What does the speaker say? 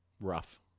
rough